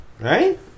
Right